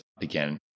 Again